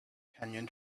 canyon